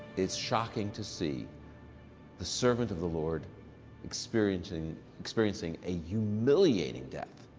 it's shocking to see the servant of the lord experiencing. experiencing a humiliating death,